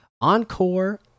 encore